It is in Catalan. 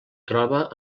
troba